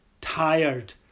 tired